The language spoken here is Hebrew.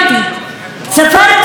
ספרתי היום,